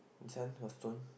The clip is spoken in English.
turn to stone